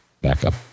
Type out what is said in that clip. backup